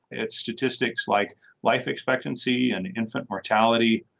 it's statistics like life expectancy and infant mortality.